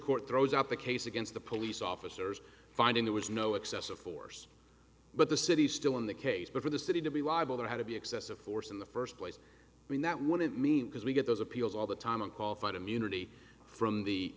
court throws out the case against the police officers finding there was no excessive force but the city still in the case but for the city to be liable there had to be excessive force in the first place when that wanted me because we get those appeals all the time a qualified immunity from the